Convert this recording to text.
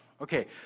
Okay